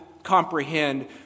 Comprehend